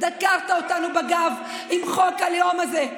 דקרת אותנו בגב עם חוק הלאום הזה.